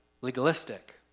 legalistic